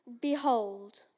Behold